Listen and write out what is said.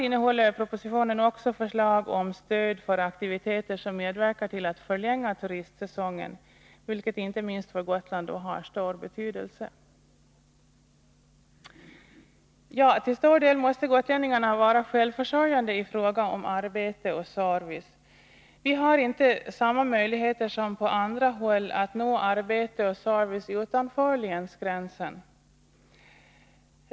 innehåller propositionen också förslag om stöd för aktiviteter som medverkar till att förlänga turistsäsongen, vilket har stor betydelse inte minst för Gotland. Till stor del måste gotlänningarna vara självförsörjande i fråga om arbete och service. Vi har inte samma möjligheter som på andra håll att få arbete och service utanför länsgränsen.